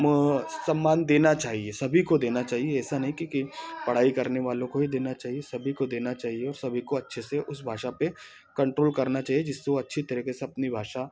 सम्मान देना चाहिए सभी को देना चाहिए ऐसा नहीं कि कि पढ़ाई करने वालों को ही देना चाहिए सभी को देना चाहिए और सभी को अच्छे से उस भाषा पे कंट्रोल करना चाहिए जिससे वो अच्छी तरीके से अपनी भाषा